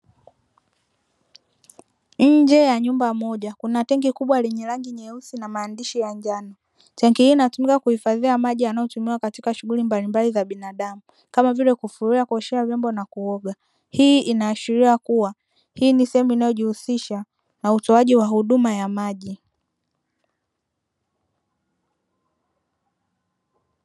Nje ya nyumba moja kuna tenki kubwa lenye rangi nyeusi na maandishi ya njano, tenki hili linatumika kuhifadhia maji yanayotumiwa katika shughuli mbalimbali za binadamu, kama vile; kufulia, kuoshea vyombo na kuoga, hii inaashiria kuwa hii ni sehemu inayojihusisha na utoaji wa huduma ya maji.